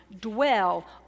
dwell